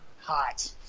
hot